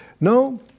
No